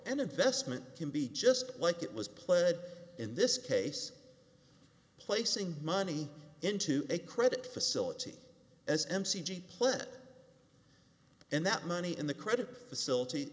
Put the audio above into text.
an investment can be just like it was played in this case placing money into a credit facility as m c g play and that money in the credit facility